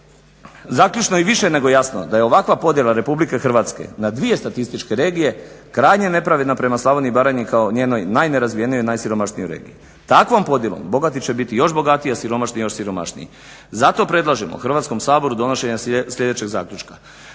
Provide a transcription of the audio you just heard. zaključno i više nego jasno da je ovakva podjela RH na dvije statističke regije krajnje nepravedna prema Slavoniji i Baranji kao njenoj najnerazvijenijoj i najsiromašnijoj regiji. Takvom podjelom bogati će biti još bogatiji, a siromašni još siromašniji. Zato predlažemo Hrvatskom saboru donošenje sljedećeg zaključka: